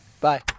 Bye